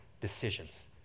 decisions